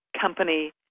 company